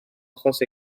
achos